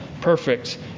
perfect